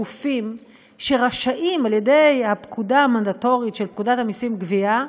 גופים שרשאים על-ידי הפקודה המנדטורית של פקודת המסים (גבייה)